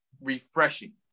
refreshing